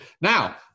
Now